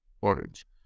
Orange